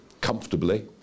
comfortably